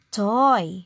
toy